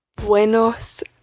Buenos